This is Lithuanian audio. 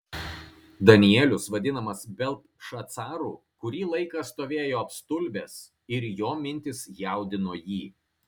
danielius vadinamas beltšacaru kurį laiką stovėjo apstulbęs ir jo mintys jaudino jį